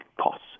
costs